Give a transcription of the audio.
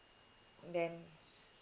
then it's